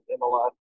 MLS